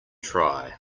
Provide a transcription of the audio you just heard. try